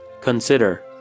Consider